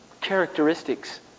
characteristics